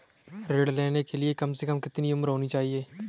ऋण लेने के लिए कम से कम कितनी उम्र होनी चाहिए?